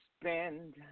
spend